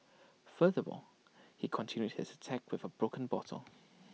furthermore he continued his attack with A broken bottle